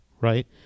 right